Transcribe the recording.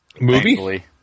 movie